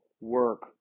work